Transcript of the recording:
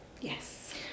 yes